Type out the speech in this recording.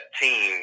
team